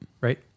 Right